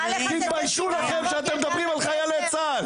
תתביישו לכם שאתם מדברים על חיילי צה"ל.